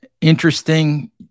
Interesting